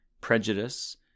prejudice